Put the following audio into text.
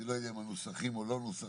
אני לא יודע לגבי נוסחים או לא נוסחים.